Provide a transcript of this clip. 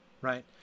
right